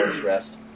rest